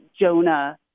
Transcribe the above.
Jonah